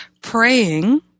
praying